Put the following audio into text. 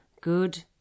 good